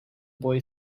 boy